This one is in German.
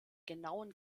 genauen